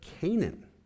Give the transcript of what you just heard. Canaan